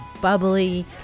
bubbly